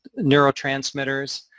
neurotransmitters